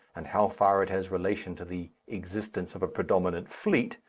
and how far it has relation to the existence of a predominant fleet,